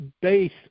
base